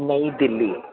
नईं दिल्ली